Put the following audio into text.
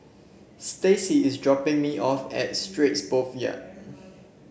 Staci is dropping me off at Straits Boulevard